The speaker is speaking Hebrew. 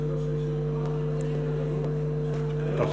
אדוני היושב-ראש,